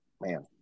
man